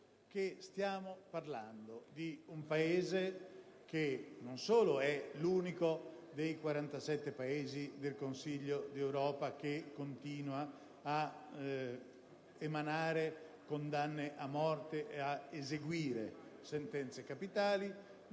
tratta non solo di un Paese che è l'unico dei 47 membri del Consiglio d'Europa che continua a emanare condanne a morte e ad eseguire sentenze capitali,